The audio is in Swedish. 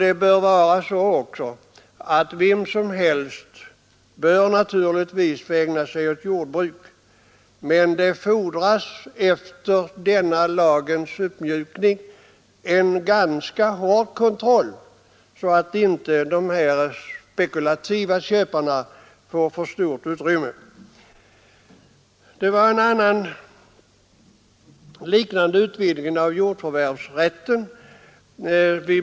Det bör också vara så att vem som helst skall få ägna sig åt jordbruk, men det fordras efter denna lags uppmjukning en ganska hård kontroll så att inte de spekulativa köparna får för stort utrymme. För någon tid sedan beslöt vi en annan, liknande ändring i jordförvärvslagen.